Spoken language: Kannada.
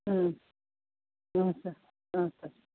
ಹ್ಞೂ ಹ್ಞೂ ಸರ್ ಹ್ಞೂ ಸರ್